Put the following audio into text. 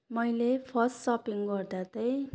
मैले first shopping गर्दा चाहिँ